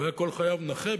והיה כל חייו נכה,